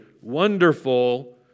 wonderful